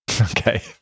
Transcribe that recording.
Okay